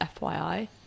FYI